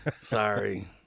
Sorry